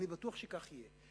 אני בטוח שכך יהיה.